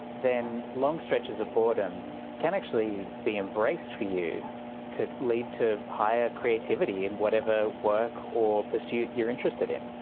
then long stretches of boredom can actually be embraced for you to lead to higher creativity in whatever work or pursuit you're interested in.